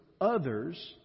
others